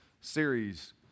series